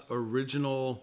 original